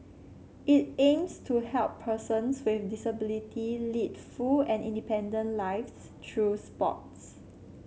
it aims to help persons with disability lead full and independent lives through sports